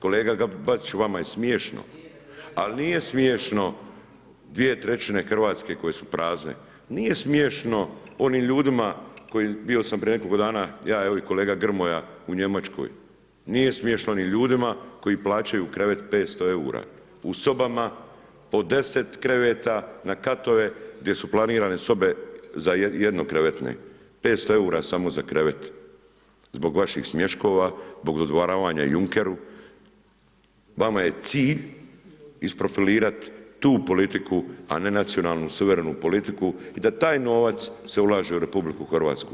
Kolega Bačiću vama je smiješno, … [[Upadica se ne čuje.]] al nije smiješno 2/3 Hrvatske koje su prazne, nije smiješno onim ljudima, bio sam prije nekoliko dana ja evo i kolega Grmoja u Njemačkoj nije smiješno ni ljudima koji plaćaju krevet 500 EUR-a u sobama po 10 kreveta na katove gdje su planirane sobe za jednokrevetne 500 EUR-a samo za krevet, zbog vaših smješkova zbog dodvoravanja Junkeru, vama je cilj isprofelirati tu politiku a ne nacionalnu, suverenu politiku i da taj novac se ulaže u RH.